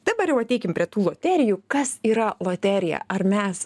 dabar jau ateikim prie tų loterijų kas yra loterija ar mes